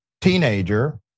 teenager